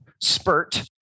spurt